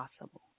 possible